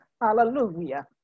Hallelujah